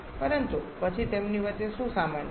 પરંતુ પછી તેમની વચ્ચે શું સામાન્ય છે